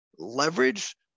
leverage